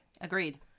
Agreed